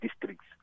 districts